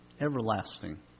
everlasting